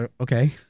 okay